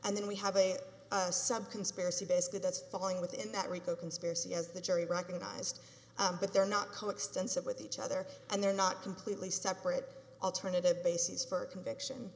and then we have a sub conspiracy basically that's falling within that rico conspiracy as the jury recognized but they're not coextensive with each other and they're not completely separate alternative bases for conviction